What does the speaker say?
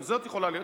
גם זאת יכולה להיות.